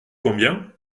combien